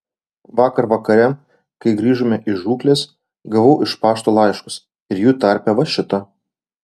vakar vakare kai grįžome iš žūklės gavau iš pašto laiškus ir jų tarpe va šitą